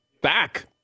back